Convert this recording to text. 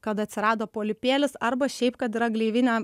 kad atsirado polipėlis arba šiaip kad yra gleivinė